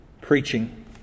preaching